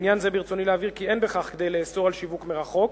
בעניין זה ברצוני להבהיר כי אין בכך כדי לאסור שיווק מרחוק,